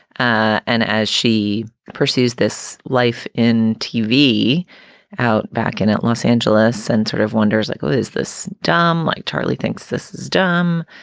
and as she pursues this life in tv out back in los angeles and sort of wonders like, what is this dom like? charlie thinks this is dumb.